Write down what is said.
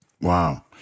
Wow